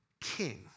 king